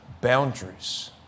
boundaries